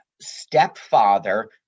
stepfather